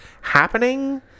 happening